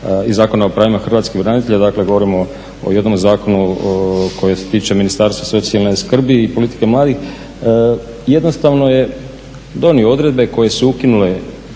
iz Zakona o pravima hrvatskih branitelja, dakle govorimo o jednom zakonu koji se tiče Ministarstva socijalne skrbi i politike mladih, jednostavno je donio odredbe koje su ukinule